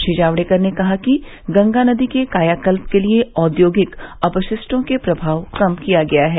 श्री जावड़ेकर ने कहा कि गंगा नदी के कायाकल्प के लिये औद्योगिक अपशि टों का प्रभाव कम किया गया है